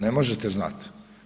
Ne možete znat.